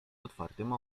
otwartym